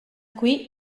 qui